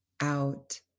out